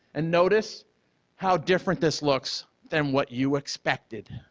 and notice how different this looks than what you expected.